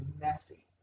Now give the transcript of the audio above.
nasty